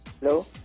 Hello